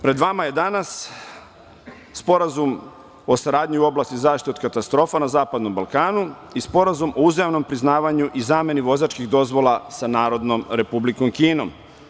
Pred vama je danas Sporazum o saradnji u oblasti zaštite od katastrofa na zapadnom Balkanu i Sporazum o uzajamnom priznavanju i zameni vozačkih dozvola sa Narodnom Republikom Kinom.